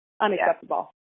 Unacceptable